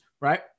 right